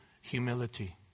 humility